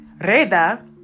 Reda